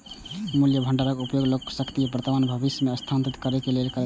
मूल्य भंडारक उपयोग लोग क्रयशक्ति कें वर्तमान सं भविष्य मे स्थानांतरित करै लेल करै छै